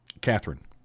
Catherine